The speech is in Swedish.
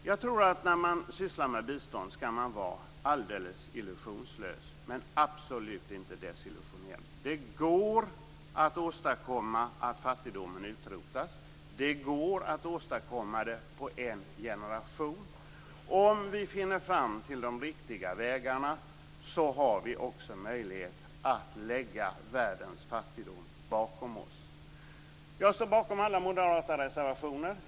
Jag tror att man skall vara alldeles illusionslös när man sysslar med bistånd, men absolut inte desillusionerad. Det går att åstadkomma att fattigdomen utrotas. Det går att åstadkomma det på en generation. Om vi finner fram till de riktiga vägarna har vi också möjlighet att lägga världens fattigdom bakom oss. Jag står bakom alla moderata reservationer.